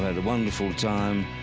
had a wonderful time.